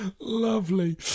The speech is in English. lovely